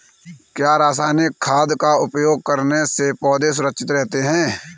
क्या रसायनिक खाद का उपयोग करने से पौधे सुरक्षित रहते हैं?